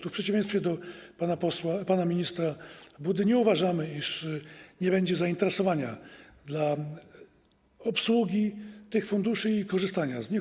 Tu w przeciwieństwie do pana ministra Budy nie uważamy, iż nie będzie zainteresowania dla obsługi tych funduszy i korzystania z nich.